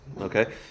Okay